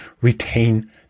retain